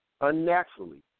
unnaturally